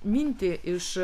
mintį iš